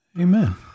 Amen